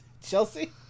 Chelsea